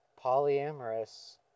polyamorous